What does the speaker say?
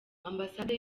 ambasade